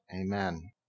Amen